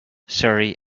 surrey